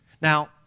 Now